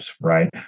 right